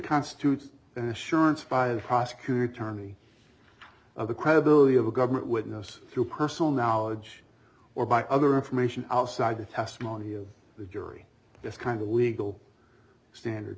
constitutes an assurance by a prosecutor tourney of the credibility of a government witness through personal knowledge or by other information outside the testimony of the jury this kind of legal standard